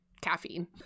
caffeine